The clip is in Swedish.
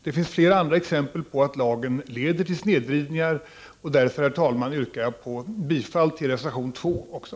Det finns fler exempel på att lagen leder till snedvridning, och därför, herr talman, yrkar jag bifall även till reservation 2.